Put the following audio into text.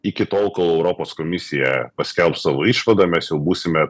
iki tol kol europos komisija paskelbs savo išvadą mes jau būsime